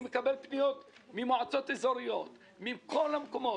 אני מקבל פניות ממועצות אזוריות מכל המקומות,